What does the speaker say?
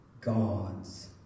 God's